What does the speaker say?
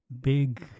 big